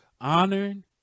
honoring